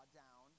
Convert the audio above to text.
down